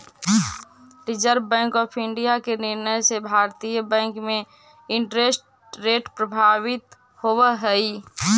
reserve Bank of India के निर्णय से भारतीय बैंक में इंटरेस्ट रेट प्रभावित होवऽ हई